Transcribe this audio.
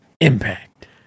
Impact